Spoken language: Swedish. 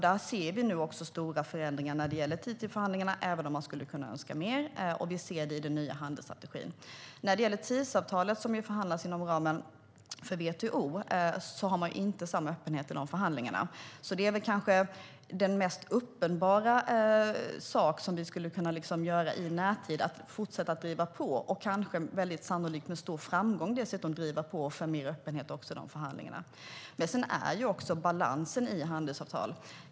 Där ser vi nu också stora förändringar när det gäller TTIP-förhandlingarna, även om man skulle kunna önska mer, och vi ser det i den nya handelsstrategin. När det gäller TISA-avtalet, som ju förhandlas inom ramen för WTO, har man inte samma öppenhet i de förhandlingarna. Det kanske mest uppenbara som vi skulle kunna göra i närtid är väl att fortsätta driva på och, kanske väldigt sannolikt med stor framgång dessutom, driva på för mer öppenhet också i de förhandlingarna. Sedan handlar det ju också om balansen i handelsavtal.